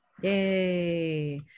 yay